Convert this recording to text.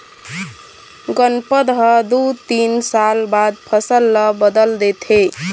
गनपत ह दू तीन साल बाद फसल ल बदल देथे